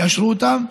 יאשרו אותן,